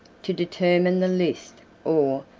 to determine the list, or,